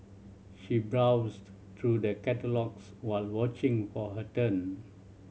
she browsed through the catalogues while watching for her turn